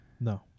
No